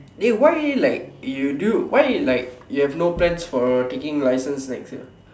eh why you like you do why you like you have no plans for taking license next year